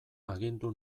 agindu